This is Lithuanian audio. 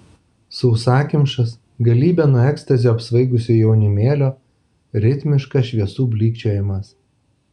sausakimšas galybė nuo ekstazio apsvaigusio jaunimėlio ritmiškas šviesų blykčiojimas